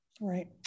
Right